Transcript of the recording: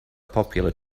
popular